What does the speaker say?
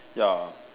ya